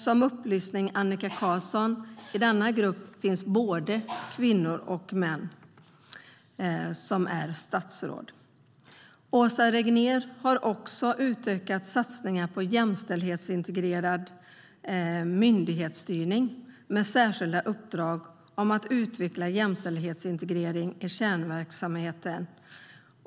Som upplysning till Annika Qarlsson: I denna grupp finns både kvinnor och män som är statsråd. Åsa Regnér har också utökat satsningarna på jämställdhetsintegrerad myndighetsstyrning, med särskilda uppdrag om att utveckla jämställdhetsintegrering i kärnverksamheten.